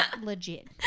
legit